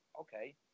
okay